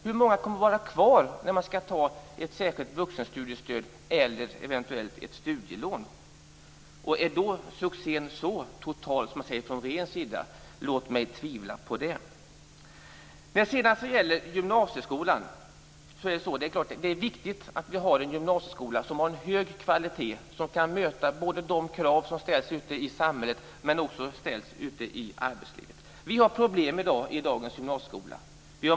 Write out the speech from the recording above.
Hur många kommer att vara kvar när man skall ta ett särskilt vuxenstudiestöd eller eventuellt ett studielån? Är succén då så total som regeringen säger? Låt mig tvivla på det. Det är viktigt att vi har en gymnasieskola med en hög kvalitet som kan möta de krav som ställs både ute i samhället och i arbetslivet. Det finns problem i dagens gymnasieskola.